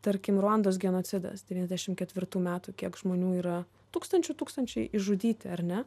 tarkim ruandos genocidas devyniasdešim ketvirtų metų kiek žmonių yra tūkstančių tūkstančiai išžudyti ar ne